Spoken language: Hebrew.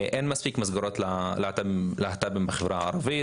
אין מספיק מסגרות ללהט״בים בחברה הערבית.